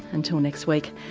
until next week.